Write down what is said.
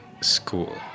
school